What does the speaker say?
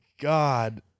god